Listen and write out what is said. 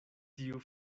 tiu